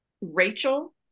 Rachel